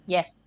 Yes